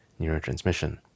neurotransmission